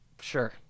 Sure